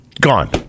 gone